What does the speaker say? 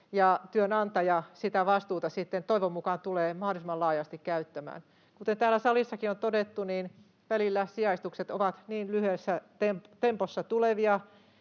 työnantaja sitä vastuuta sitten toivon mukaan tulee mahdollisimman laajasti käyttämään. Kuten täällä salissakin on todettu, niin välillä sijaistukset ovat niin lyhyessä tempossa tulevia,